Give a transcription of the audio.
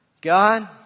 God